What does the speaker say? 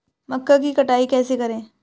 मक्का की कटाई कैसे करें?